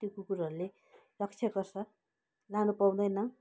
त्यो कुकुरहरूले रक्षा गर्छ लानु पाउँदैन